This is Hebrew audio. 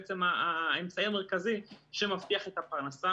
בעצם האמצעי המרכזי שמבטיח את הפרנסה